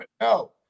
No